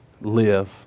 live